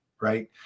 Right